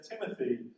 Timothy